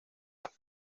las